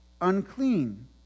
unclean